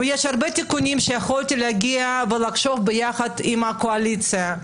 ויש הרבה תיקונים שיכולתי להגיע ולחשוב ביחד עם הקואליציה,